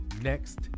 next